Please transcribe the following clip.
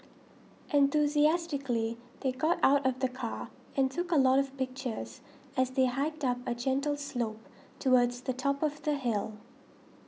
enthusiastically they got out of the car and took a lot of pictures as they hiked up a gentle slope towards the top of the hill